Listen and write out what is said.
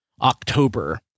October